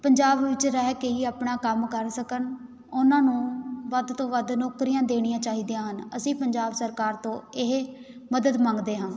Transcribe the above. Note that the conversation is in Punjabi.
ਪੰਜਾਬ ਵਿੱਚ ਰਹਿ ਕੇ ਹੀ ਆਪਣਾ ਕੰਮ ਕਰ ਸਕਣ ਉਹਨਾਂ ਨੂੰ ਵੱਧ ਤੋਂ ਵੱਧ ਨੌਕਰੀਆਂ ਦੇਣੀਆਂ ਚਾਹੀਦੀਆਂ ਹਨ ਅਸੀਂ ਪੰਜਾਬ ਸਰਕਾਰ ਤੋਂ ਇਹ ਮਦਦ ਮੰਗਦੇ ਹਾਂ